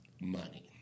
money